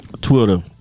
Twitter